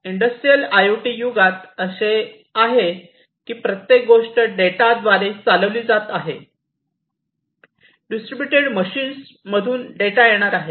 industrial IoT युगात असे आहे की प्रत्येक गोष्ट डेटाद्वारे चालविली जात आहे डिस्ट्रीब्यूटेड मशीन्स मधून डेटा येणार आहे